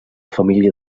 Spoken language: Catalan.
família